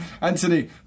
Anthony